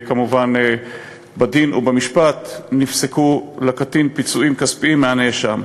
שכמובן בדין או במשפט נפסקו לקטין פיצויים כספיים מהנאשם.